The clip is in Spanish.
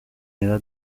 edad